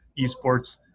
eSports